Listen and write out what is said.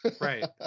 Right